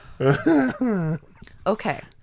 Okay